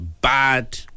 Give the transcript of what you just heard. bad